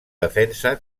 defensa